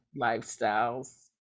lifestyles